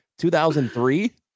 2003